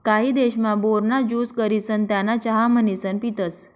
काही देशमा, बोर ना ज्यूस करिसन त्याना चहा म्हणीसन पितसं